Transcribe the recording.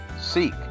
seek